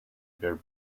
bear